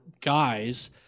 guys